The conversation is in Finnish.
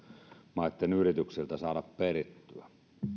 maitten yrityksiltä saada perittyä